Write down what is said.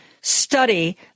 study